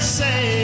say